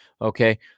Okay